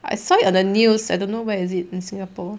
I saw it on the news I don't know where is it in singapore